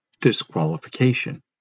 disqualification